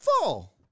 fall